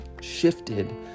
shifted